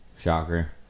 Shocker